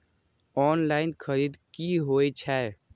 Online खरीद की होए छै?